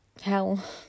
hell